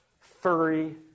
furry